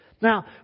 Now